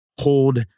hold